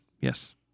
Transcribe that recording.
Yes